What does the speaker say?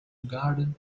garden